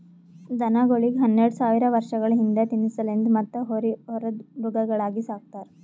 ದನಗೋಳಿಗ್ ಹನ್ನೆರಡ ಸಾವಿರ್ ವರ್ಷಗಳ ಹಿಂದ ತಿನಸಲೆಂದ್ ಮತ್ತ್ ಹೋರಿ ಹೊರದ್ ಮೃಗಗಳಾಗಿ ಸಕ್ತಾರ್